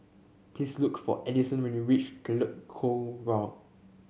please look for Edison when you reach Telok Kurau